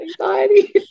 anxiety